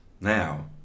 Now